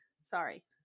Sorry